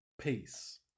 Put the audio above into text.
peace